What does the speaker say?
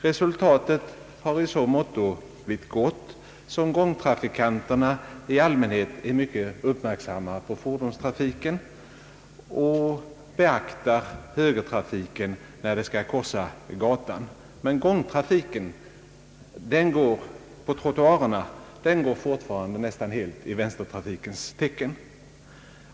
Resultatet har i så måtto blivit gott scm gångtrafikanterna i allmänhet är mycket uppmärksamma på fordonstrafiken och beaktar högertrafiken när de skall korsa gatan. Men gångtrafiken på trottoarerna går fortfarande nästan helt i vänstertrafikens tecken.